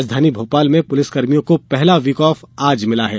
राजधानी भोपाल में पुलिसकर्मियों को पहला वीकऑफ आज मिला है